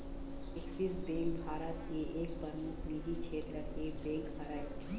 Axis bank Bharat के एक परमुख निजी छेत्र के बेंक हरय